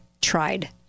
tried